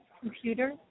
computer